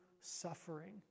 suffering